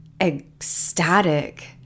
ecstatic